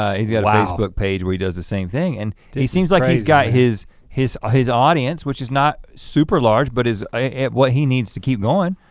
ah he's got facebook page where he does the same thing and he seems like he's got his crazy. ah his audience which is not super large but is what he needs to keep going,